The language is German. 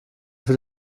für